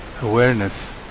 awareness